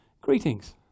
greetings